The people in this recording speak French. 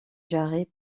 jarrets